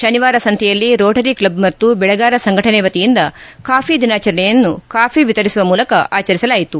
ಶನಿವಾರಸಂತೆಯಲ್ಲಿ Rotary club ಮತ್ತು ಬೆಳೆಗಾರ ಸಂಘಟನೆ ವತಿಯಿಂದ ಕಾಫಿ ದಿನಾಚರಣೆಯನ್ನು ಕಾಫಿ ವಿತರಿಸುವ ಮೂಲಕ ಆಚರಿಸಲಾಯಿತು